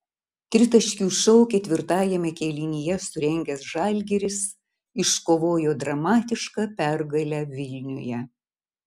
tritaškių šou ketvirtajame kėlinyje surengęs žalgiris iškovojo dramatišką pergalę vilniuje